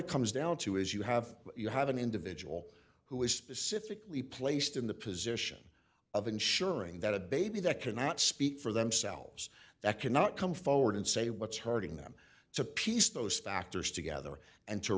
it comes down to is you have you have an individual who is specifically placed in the position of ensuring that a baby that cannot speak for themselves that cannot come forward and say what's hurting them to piece those factors together and to